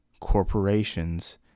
corporations